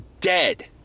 dead